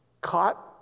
caught